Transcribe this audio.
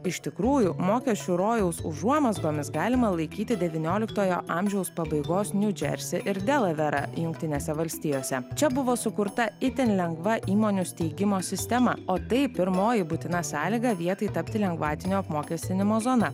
iš tikrųjų mokesčių rojaus užuomazgomis galima laikyti devynioliktojo amžiaus pabaigos niu džersį ir delaverą jungtinėse valstijose čia buvo sukurta itin lengva įmonių steigimo sistemą o tai pirmoji būtina sąlyga vietai tapti lengvatinio apmokestinimo zona